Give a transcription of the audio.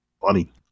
funny